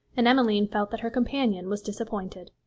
and emmeline felt that her companion was disappointed.